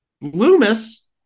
Loomis